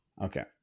Okay